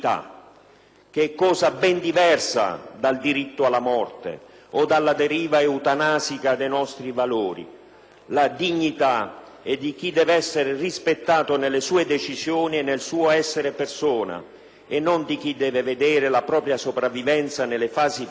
che è cosa ben diversa dal diritto alla morte o dalla deriva eutanasica dei nostri valori. La dignità è quella di chi deve essere rispettato nelle sue decisioni e nel suo essere persona e non di chi deve vedere la propria sopravvivenza nelle fasi finali